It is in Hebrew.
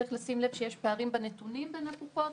צריך לשים לב שיש פערים בנתונים בין הקופות